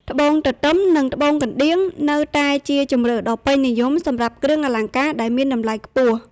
ត្បូងទទឹម និងត្បូងកណ្ដៀង នៅតែជាជម្រើសដ៏ពេញនិយមសម្រាប់គ្រឿងអលង្ការដែលមានតម្លៃខ្ពស់។